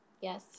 yes